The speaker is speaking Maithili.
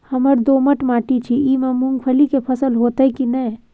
हमर दोमट माटी छी ई में मूंगफली के फसल होतय की नय?